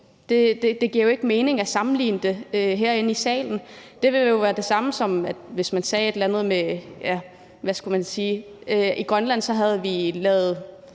Det giver jo ikke mening at sammenligne det herinde i salen. Det ville jo være det samme, som hvis man sagde, at vi i Grønland havde lavet